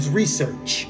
research